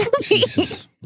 Jesus